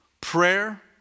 prayer